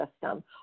system